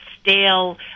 stale